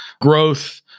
growth